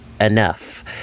enough